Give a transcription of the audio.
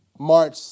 March